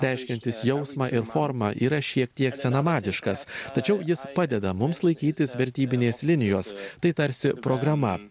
reiškiantis jausmą ir formą yra šiek tiek senamadiškas tačiau jis padeda mums laikytis vertybinės linijos tai tarsi programa